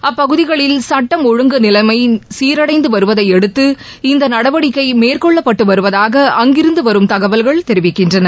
அப்பகுதிகளில் சட்டம் ஒழுங்கு நிலைமை சீரடைந்து வருவதையடுதது இந்த நடவடிக்கை மேற்கொள்ளப்பட்டுவருவதாக அங்கிருந்து வரும் தகவல்கள் தெரிவிக்கின்றன